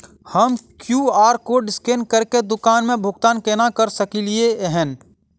हम QR code scan करके दुकान मे भुगतान केना करऽ सकलिये एहन?